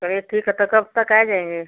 चलिए ठीक है तो कब तक आ जाएँगे